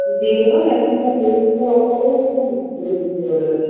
দিয়ে দেবেন মেডিসিনের উপরে লেবেল করে দেবেন